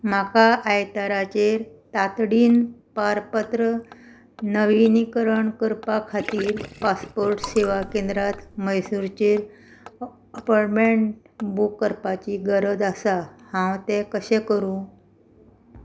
म्हाका आयताराचेर तातडीन पारपत्र नविनीकरण करपा खातीर पासपोर्ट सेवा केंद्रांत मैसूरचेर अपॉयटमॅंट बूक करपाची गरज आसा हांव तें कशें करूं